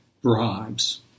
bribes